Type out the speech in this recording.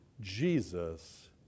Jesus